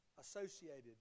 associated